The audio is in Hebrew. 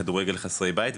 כדורגל לחסרי בית,